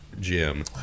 Jim